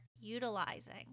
utilizing